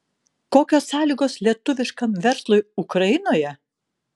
kokios sąlygos lietuviškam verslui ukrainoje